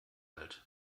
alt